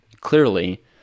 clearly